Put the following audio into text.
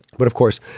but of course,